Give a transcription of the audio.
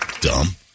Dumb